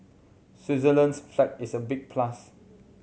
Switzerland's flag is a big plus